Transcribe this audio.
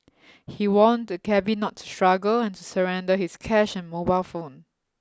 he warned the cabby not to struggle and to surrender his cash and mobile phone